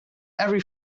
every